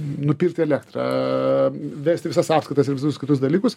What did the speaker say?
nupirkti elektrą vesti visas sąskaitas ir visus kitus dalykus